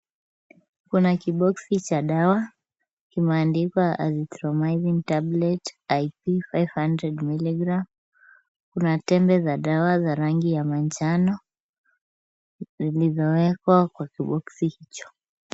Kuna kiboxi cha dawa kimeandikwa Azithromycin tablet I.P 500mg. Kuna tembe za dawa za rangi ya manjano zilizowekwa kwa kiboxi hicho.